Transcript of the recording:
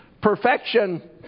perfection